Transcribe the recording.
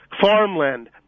Farmland